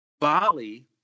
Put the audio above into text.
Bali